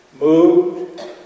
moved